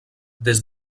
des